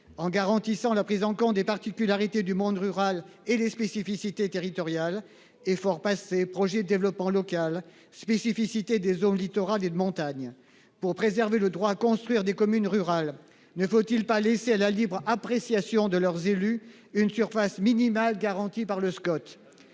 en garantissant la prise en compte des particularités du monde rural et les spécificités territoriales et fort projet développement local spécificité des zones littorales et de montagne pour préserver le droit à construire des communes rurales, ne faut-il pas laissé à la libre appréciation de leurs élus une surface minimale garantie par le Scott.